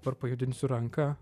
dabar pajudinsiu ranką